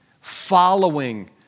following